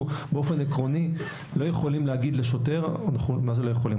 אנחנו באופן עקרוני לא יכולים להגיד לשוטר מה זה לא יכולים?